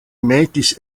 metis